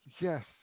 Yes